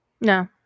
No